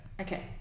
Okay